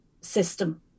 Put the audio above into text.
system